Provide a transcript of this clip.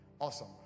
awesome